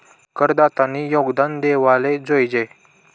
करदातानी योगदान देवाले जोयजे